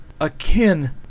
akin